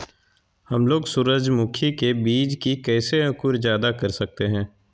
हमलोग सूरजमुखी के बिज की कैसे अंकुर जायदा कर सकते हैं?